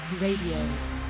Radio